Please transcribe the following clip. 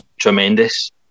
tremendous